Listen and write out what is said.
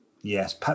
Yes